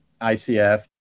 ICF